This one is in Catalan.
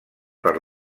per